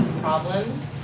problems